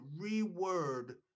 reword